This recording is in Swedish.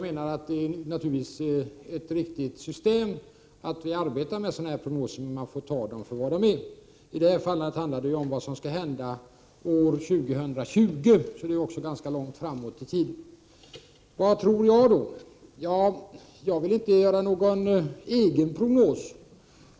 Det är naturligtvis ett riktigt system att vi arbetar med sådana här prognoser, men man får ta dem för vad de är. I detta fall handlar det om vad som skall hända år 2020, så det är ju ganska långt framåt i tiden. Vad tror jag då? undrar Åsa Domeij. Jag vill inte göra någon egen prognos.